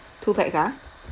two pax ah